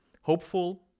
hopeful